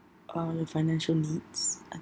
all the financial needs I